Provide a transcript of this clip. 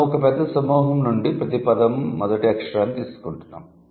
మనం ఒక పెద్ద పద సమూహం నుండి ప్రతి పదం మొదటి అక్షరాన్ని తీసుకుంటున్నాము